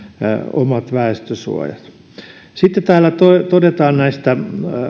omat väestönsuojat sitten täällä todetaan näistä